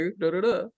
da-da-da